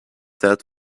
set